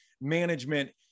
management